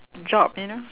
job you know